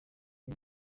iyi